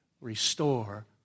Restore